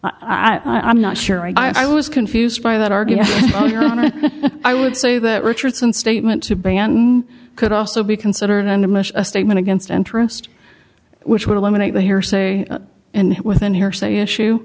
i'm not sure i was confused by that argument i would say that richardson statement to ban could also be considered undiminished a statement against interest which would eliminate the hearsay and within hearsay issue